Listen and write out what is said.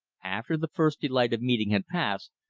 after the first delight of meeting had passed,